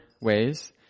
ways